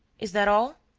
is that all?